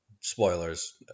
spoilers